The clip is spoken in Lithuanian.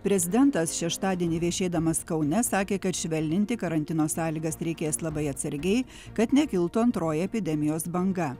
prezidentas šeštadienį viešėdamas kaune sakė kad švelninti karantino sąlygas reikės labai atsargiai kad nekiltų antroji epidemijos banga